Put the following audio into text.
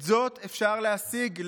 את זאת אפשר להשיג",